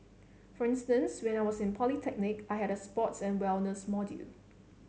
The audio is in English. for instance when I was in polytechnic I had a sports and wellness module